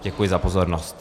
Děkuji za pozornost.